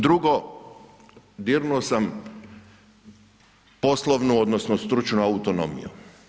Drugo, dirnuo sam poslovnu odnosno stručnu autonomiju.